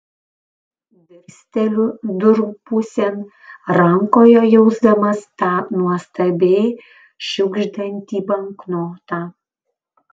dirsteliu durų pusėn rankoje jausdamas tą nuostabiai šiugždantį banknotą